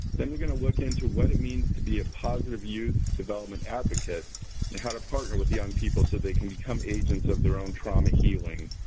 then we're going to look into what it means to be a positive youth development advocate and how to partner with young people so they can become agents of their own trauma healing,